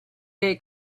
gay